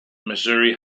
missouri